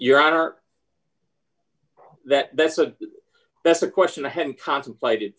your honor that that's a that's a question i have contemplated